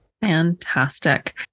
Fantastic